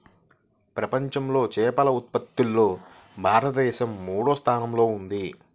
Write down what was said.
ప్రపంచంలో చేపల ఉత్పత్తిలో భారతదేశం మూడవ స్థానంలో ఉంది